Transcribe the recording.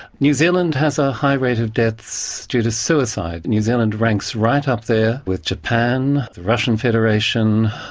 new zealand has a high rate of deaths due to suicide, new zealand ranks right up there with japan, the russian federation,